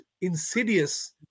insidious